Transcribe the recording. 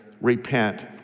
repent